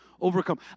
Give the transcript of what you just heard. overcome